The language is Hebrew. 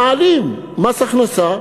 מעלים מס הכנסה,